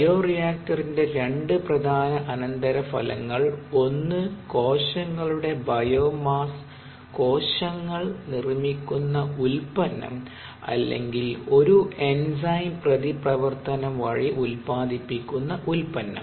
ബയോറിയാക്റ്ററിന്റെ രണ്ട് പ്രധാന അനന്തരഫലങ്ങൾ ഒന്ന് കോശങ്ങളുടെ ബയോമാസ് കോശങ്ങൾ നിർമ്മിക്കുന്ന ഉൽപ്പന്നം അല്ലെങ്കിൽ ഒരു എൻസൈം പ്രതിപ്രവർത്തനം വഴി ഉത്പാദിപ്പിക്കുന്ന ഉൽപ്പന്നം